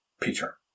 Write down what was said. peter